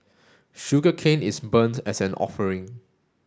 sugarcane is burnt as an offering